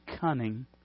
cunning